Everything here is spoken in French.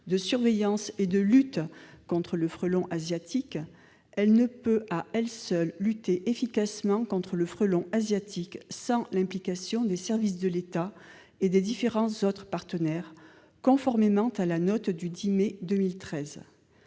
de surveillance et de lutte contre le frelon asiatique, elle ne peut à elle seule lutter efficacement contre le frelon asiatique sans l'implication des services de l'État et des différents autres partenaires, conformément à la note du 10 mai 2013.